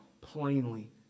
plainly